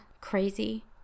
crazy